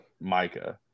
Micah